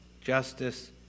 justice